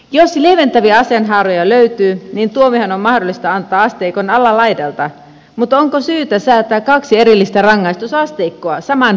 jos lieventäviä asianhaaroja löytyy tuomiohan on mahdollista antaa asteikon alalaidalta mutta onko syytä säätää kaksi erillistä rangaistusasteikkoa saman pykälän alle